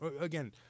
again